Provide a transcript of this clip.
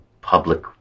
public